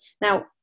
Now